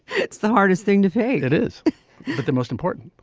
it's the hardest thing to pay. it is but the most important